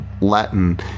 latin